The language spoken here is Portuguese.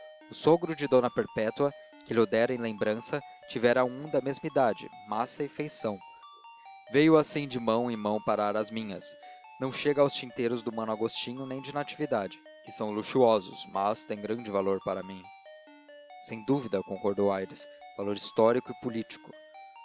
o sogro de d perpétua que lho dera em lembrança tivera um da mesma idade massa e feição veio assim de mão em mão parar às minhas não chega aos tinteiros do mano agostinho nem de natividade que são luxuosos mas tem grande valor para mim sem dúvida concordou aires valor histórico e político